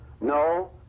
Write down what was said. No